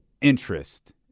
Interest